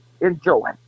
enjoy